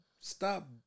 stop